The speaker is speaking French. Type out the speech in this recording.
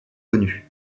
connue